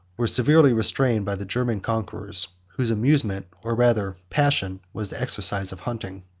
were severely restrained by the german conquerors, whose amusement, or rather passion, was the exercise of hunting.